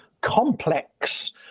complex